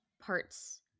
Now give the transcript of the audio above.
parts